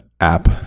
app